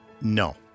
No